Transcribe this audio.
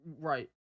Right